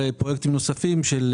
הרציונל של התיקון המוצע, של (ג2)